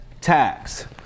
tax